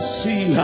see